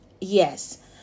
yes